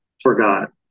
forgot